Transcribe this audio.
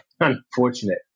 unfortunate